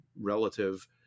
relative